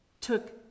took